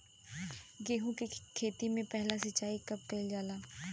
गेहू के खेती मे पहला सिंचाई कब कईल जाला?